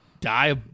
die